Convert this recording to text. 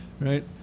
right